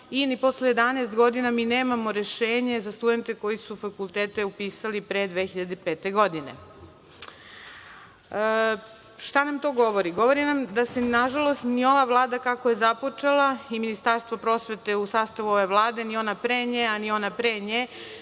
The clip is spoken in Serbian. i ni posle 11 godina mi nemamo rešenje za studente koji su fakultete upisali pre 2005. godine. Šta nam to govori? Govori nam da se, nažalost, ni ova Vlada kako je započela i Ministarstvo prosvete u sastavu ove Vlade, ni ona pre nje, a ni ona pre nje,